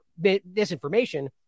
disinformation